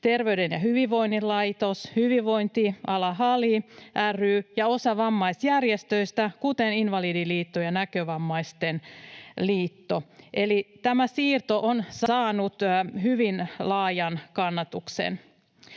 Terveyden ja hyvinvoinnin laitos, Hyvinvointiala HALI ry ja osa vammaisjärjestöistä, kuten Invalidiliitto ja Näkövammaisten liitto. Eli tämä siirto on saanut hyvin laajan kannatuksen.